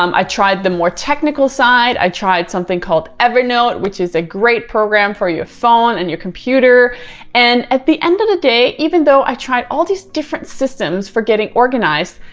um i tried the more technical side. i tried something called evernote which is a great program for your phone and your computer and at the end of the day even though i tried all these different systems for getting organized,